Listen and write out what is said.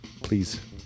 Please